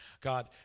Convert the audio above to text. God